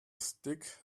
stick